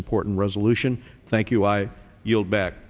important resolution thank you i yield back